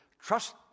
trust